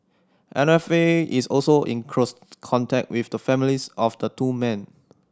M F A is also in close contact with the families of the two men